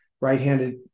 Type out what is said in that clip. right-handed